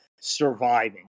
surviving